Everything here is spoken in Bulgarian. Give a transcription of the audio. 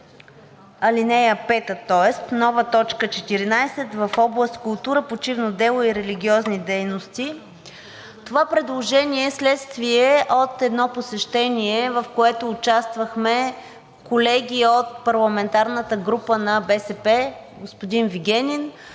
ал. 5, нова т. 14 в област „Култура, почивно дело и религиозни дейности“. Това предложение е следствие от едно посещение, в което участвахме с колеги от парламентарната група на БСП – господин Вигенин,